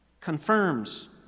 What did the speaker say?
Confirms